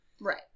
right